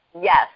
Yes